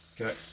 Okay